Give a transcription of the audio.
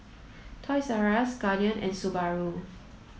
Toys R Us Guardian and Subaru